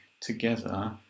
together